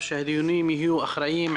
שהדיונים יהיו אחראים,